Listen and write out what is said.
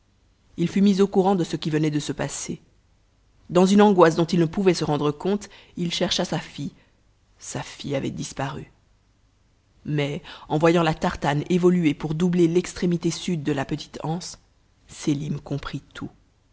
il fut mis au courant de ce qui venait de se passer dans une angoisse dont il ne pouvait sa rendre compte il chercha sa fille sa fille avait disparu mais en voyant la tartane évoluer pour doubler l'extrémité sud de la petite anse sélim comprit tout